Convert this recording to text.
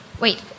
wait